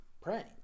Praying